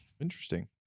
interesting